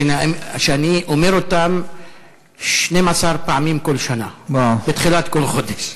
ושאני אומר אותם 12 פעמים כל שנה, בתחילת כל חודש.